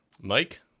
Mike